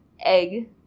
egg